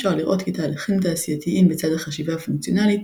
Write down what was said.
אפשר לראות כי תהליכים תעשייתיים בצד החשיבה הפונקציונלית